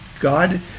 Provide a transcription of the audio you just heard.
God